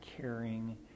caring